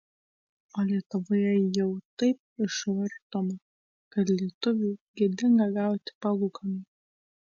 o lietuvoje jau taip išvartoma kad lietuviui gėdinga gauti palūkanų